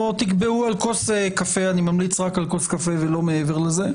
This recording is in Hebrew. או תקבעו על כוס קפה אני ממליץ רק על כוס קופה ולא מעבר לזה